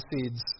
seeds